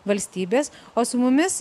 valstybės o su mumis